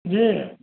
जी